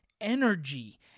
energy